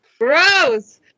Gross